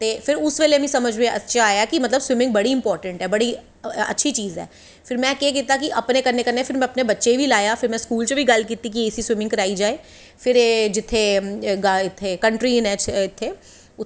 ते उस बेल्लै मिगी समझ च आया की स्विमिंग बड़ी इम्पार्टेंट ऐ बड़ी अच्छी चीज़ ऐ फिर में केह् कीता की अपने कन्नै कन्नै अपने बच्चें गी बी लाया ते फिर में स्कूल च बी गल्ल कीती की इसगी स्विमिंग कराई जाये फिर एह् जित्थें कंट्री न जित्थें